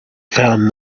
found